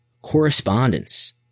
correspondence